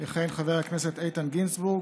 יכהן חבר הכנסת איתן גינזבורג,